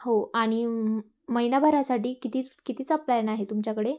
हो आणि महिनाभरासाठी किती कितीचा प्लॅन आहे तुमच्याकडे